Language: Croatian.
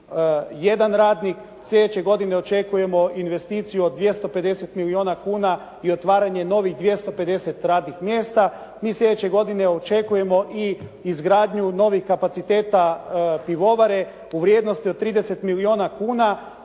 531 radnik. Sljedeće godine očekujemo investiciju od 250 milijuna kuna i otvaranje novih 250 radnih mjesta i sljedeće godine očekujemo i izgradnju novih kapaciteta pivovare u vrijednosti od 30 milijuna kuna